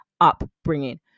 upbringing